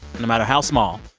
no matter how small,